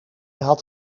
had